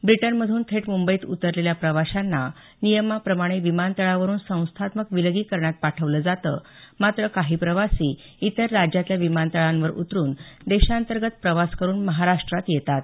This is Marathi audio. ब्रिटनमधून थेट मुंबईत उतरलेल्या प्रवाशांना नियमाप्रमाणे विमानतळावरून संस्थात्मक विलगीकरणात पाठवलं जातं मात्र काही प्रवासी इतर राज्यातल्या विमानतळांवर उतरून देशांतर्गत प्रवास करून महाराष्टात येतात